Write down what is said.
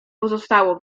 pozostało